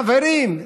חברים,